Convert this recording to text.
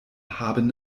haben